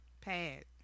Pad